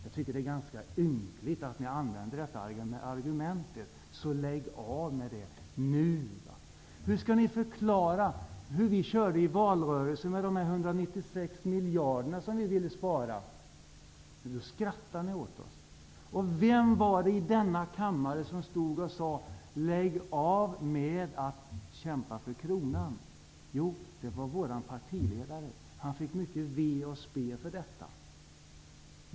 Jag tycker att det är ynkligt att ni använder detta argument. Lägg av med det, nu! Hur kan ni förklara ert uppträdande mot oss i valrörelsen när det gällde de 196 miljarder som vi ville spara in? Då skrattade ni åt oss. Och vem var det som i denna kammare sade: Sluta med att kämpa för kronan! Jo, det var vår partiledare. Han fick mycket ve och spe för detta.